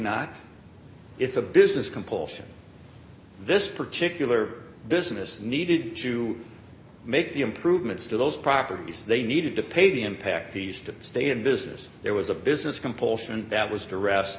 not it's a business compulsion this particular business needed to make the improvements to those properties they needed to pay the impact fees to stay in business there was a business compulsion that was to rest